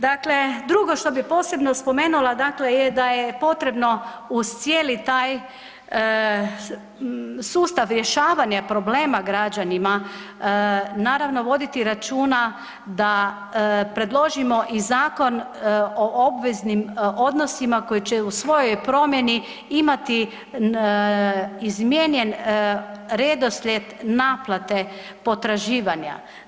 Dakle, drugo što bi posebno spomenula je da je potrebno uz cijeli taj sustav rješavanja problema građana voditi računa da predložimo i Zakon o obveznim odnosima koje će u svojoj promjeni imati izmijenjen redoslijed naplate potraživanja.